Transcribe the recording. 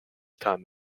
time